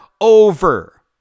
over